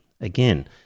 Again